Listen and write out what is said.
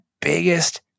biggest